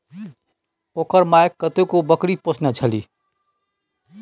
ओकर माइ कतेको बकरी पोसने छलीह